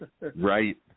Right